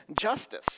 justice